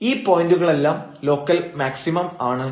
ഈ പോയന്റുകളെല്ലാം local maximum ആണ്